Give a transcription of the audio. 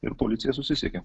ir policija susisiekia